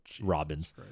robins